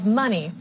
money